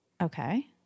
Okay